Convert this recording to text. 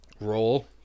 role